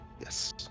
Yes